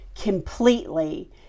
completely